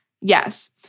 Yes